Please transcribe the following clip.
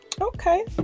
Okay